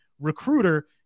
recruiter